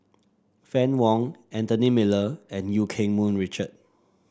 Fann Wong Anthony Miller and Eu Keng Mun Richard